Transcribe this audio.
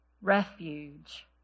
Refuge